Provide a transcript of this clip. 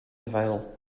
dweil